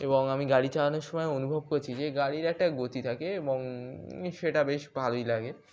এবং আমি গাড়ি চালানোর সময় অনুভব করছি যে গাড়ির একটা গতি থাকে এবং সেটা বেশ ভালোই লাগে